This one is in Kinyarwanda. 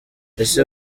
ese